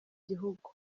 gihugu